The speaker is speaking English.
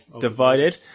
Divided